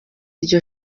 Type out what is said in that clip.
ryo